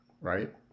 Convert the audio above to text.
Right